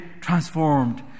transformed